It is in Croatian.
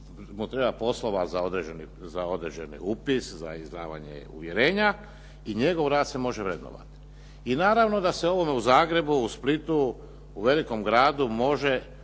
mu treba poslova za određeni upis, za izdavanje uvjerenja i njegov rad se može vrednovati. I naravno da se ovome u Zagrebu, u Splitu, u velikom gradu može